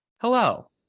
hello